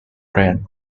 brand